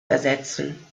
ersetzen